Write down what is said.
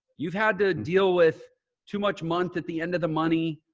you've had to deal with too much month at the end of the money.